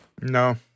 No